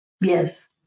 Yes